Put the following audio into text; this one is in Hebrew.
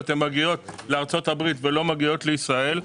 הן מגיעות לארצות הברית ולא מגיעות לישראל,